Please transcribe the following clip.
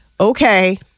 Okay